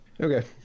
Okay